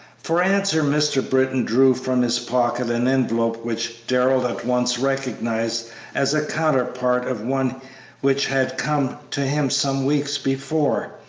for answer mr. britton drew from his pocket an envelope which darrell at once recognized as a counterpart of one which had come to him some weeks before,